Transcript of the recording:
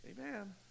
Amen